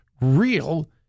real